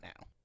now